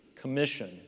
commission